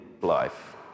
life